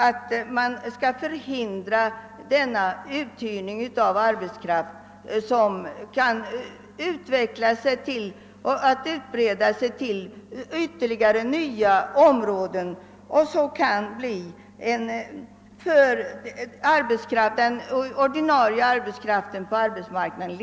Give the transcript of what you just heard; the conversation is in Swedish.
Man vill förhindra att uthyrningen av arbetskraft utbreder sig till ytterligare nya områden, vilket kan leda till besvärligheter för den ordinarie arbetskraften på arbetsmarknaden.